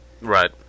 Right